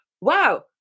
Wow